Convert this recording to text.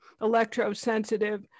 electrosensitive